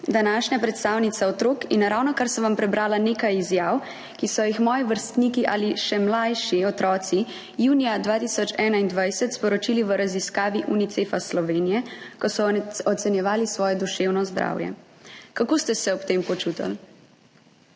današnja predstavnica otrok in ravnokar sem vam prebrala nekaj izjav, ki so jih moji vrstniki ali še mlajši otroci junija 2021 sporočili v raziskavi Unicefa Slovenije, ko so ocenjevali svoje duševno zdravje. Kako ste se ob tem počutili?